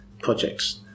projects